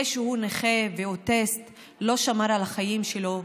זה שהוא נכה ואוטיסט לא שמר על החיים שלו,